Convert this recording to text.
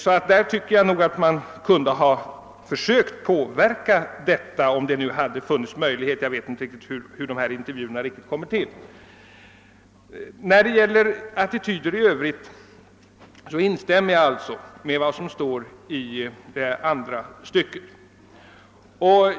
Därför tycker jag att vederbörande kunde ha försökt påverka frågans utformning, om det nu funnits några möjligheter därtill; jag vet inte riktigt hur dessa intervjuer genomförs. I fråga om attityderna i övrigt instämmer jag i vad utrikesministern anfört i andra stycket av svaret.